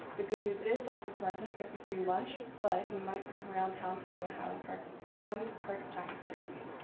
the good news is dr. colentez gets a free lunch, but you might see him around town sporting a highland park so highland park giants jersey.